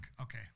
okay